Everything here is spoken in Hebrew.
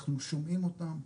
אנחנו שומעים אותם,